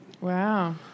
wow